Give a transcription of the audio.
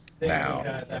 now